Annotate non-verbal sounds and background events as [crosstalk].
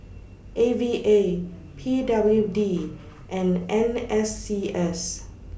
[noise] A V A P W D and N S C S